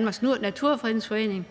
Naturstyrelsen, og udpegningen